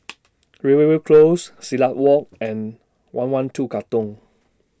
Rivervale Close Silat Walk and one one two Katong